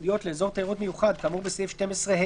ייחודיות לאזור תיירות מיוחד כאמור בסעיף 12ה